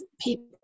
people